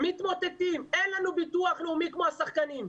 אין לנו ביטוח לאומי כמו לשחקנים.